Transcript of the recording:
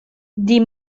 die